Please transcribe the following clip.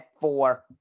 four